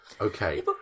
Okay